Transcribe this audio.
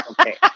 okay